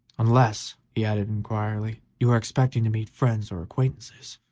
unless, he added, inquiringly, you are expecting to meet friends or acquaintances?